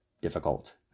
difficult